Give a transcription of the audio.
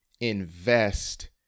invest